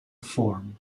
form